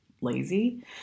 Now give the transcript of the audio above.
lazy